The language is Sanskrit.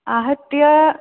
आहत्य